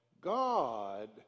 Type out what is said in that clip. God